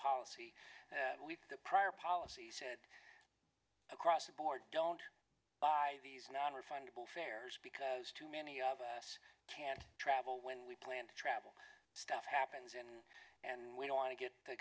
policy the prior policy said across the board don't buy these nonrefundable fares because too many of us can't travel when we plan to travel stuff happens in and we don't want to get the